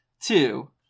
Two